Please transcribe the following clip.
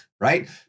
right